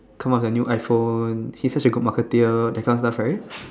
come out with a new iPhone his such a good marketeer that kind of stuff right